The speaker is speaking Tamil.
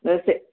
த சே